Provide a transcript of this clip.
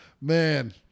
Man